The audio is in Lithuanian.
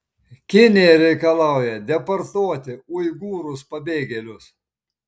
kinija reikalauja deportuoti uigūrus pabėgėlius